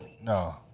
no